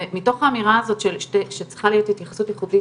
מתוך האמירה הזאת שצריכה להיות התייחסות ייחודית